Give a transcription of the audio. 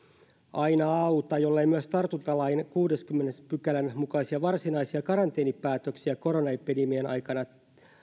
aina auta kun ei myös tartuntalain kuudennenkymmenennen pykälän mukaisia varsinaisia karanteenipäätöksiä koronaepidemian aikana